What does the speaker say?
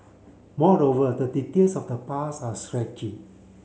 moreover the details of the past are stretchy